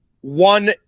one